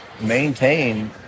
maintain